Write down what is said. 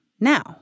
now